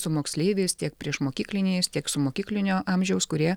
su moksleiviais tiek priešmokykliniais tiek su mokyklinio amžiaus kurie